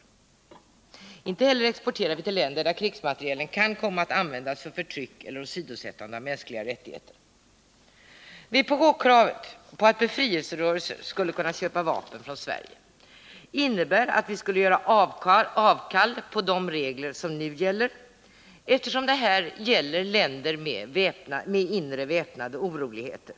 Vi exporterar inte heller till länder där materielen kan komma att användas för förtryck eller för åsidosättande av mänskliga rättigheter. Vpk-kravet att befrielserörelser skulle kunna köpa vapen från Sverige innebär att vi skulle göra avkall på de regler som nu gäller, eftersom det här är fråga om länder med väpnade inre oroligheter.